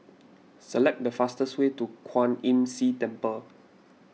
select the fastest way to Kwan Imm See Temple